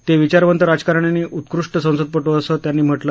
ते विचारवंत राजकारणी आणि उत्कृष्ट संसदपटू होते असं त्यांनी म्हटलं